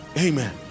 Amen